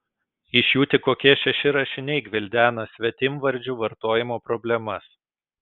iš jų tik kokie šeši rašiniai gvildena svetimvardžių vartojimo problemas